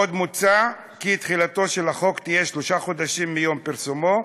עוד מוצע כי תחילתו של החוק תהיה שלושה חודשים מיום פרסומו.